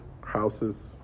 houses